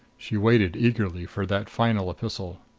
she waited eagerly for that final epistle.